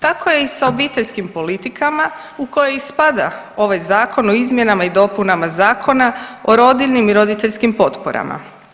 Tako je i sa obiteljskim politikama u koji i spada ovaj Zakon o izmjenama i dopunama Zakona o rodiljnim i roditeljskim potporama.